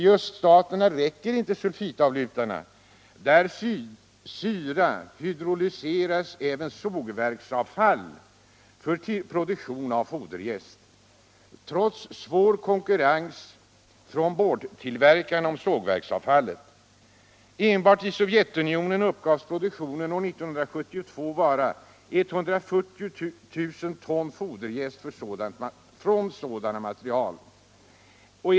I öststaterna räcker inte sulfitavlutarna, där syrahydrolyseras även sågverksavfall för produktion av foderjäst. trots svår konkurrens från boardtillverkarna om sågverksavfallet. Enbart i Sovjetunionen uppgavs produktionen 1972 vara 140 000 ton foderjäst från sådana material.